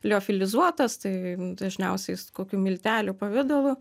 liofilizuotas tai dažniausiais kokių miltelių pavidalu